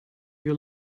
your